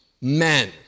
men